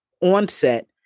onset